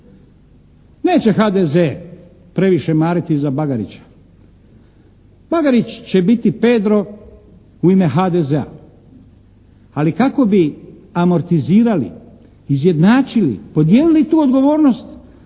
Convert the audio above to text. Neće HDZ previše mariti za Bagarića. Bagarić će biti «Pedro» u ime HDZ-a. Ali kako bi amortizirali, izjednačili, podijelili tu odgovornost